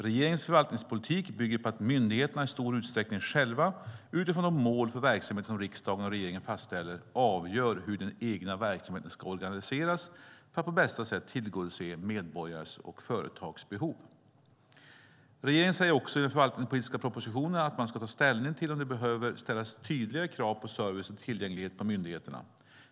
Regeringens förvaltningspolitik bygger på att myndigheterna i stor utsträckning själva, utifrån de mål för verksamheten som riksdagen och regeringen fastställer, avgör hur den egna verksamheten ska organiseras för att på bästa sätt tillgodose medborgares och företags behov. Regeringen säger också i den förvaltningspolitiska propositionen att man ska ta ställning till om det behöver ställas tydligare krav på service och tillgänglighet på myndigheterna.